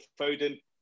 Foden